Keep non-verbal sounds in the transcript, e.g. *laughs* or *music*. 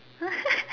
*laughs*